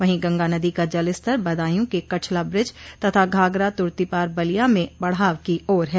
वहीं गंगा नदी का जलस्तर बदायूं के कछला ब्रिज तथा घाघरा तुर्तीपार बलिया में बढ़ाव की ओर है